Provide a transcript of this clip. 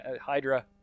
Hydra